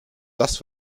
das